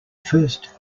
first